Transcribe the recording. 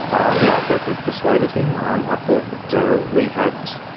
i yeah thought we'd persuaded him, um i thought we had